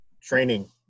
training